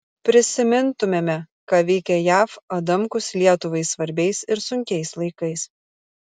prisimintumėme ką veikė jav adamkus lietuvai svarbiais ir sunkiais laikais